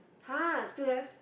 !huh! still have